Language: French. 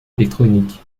électronique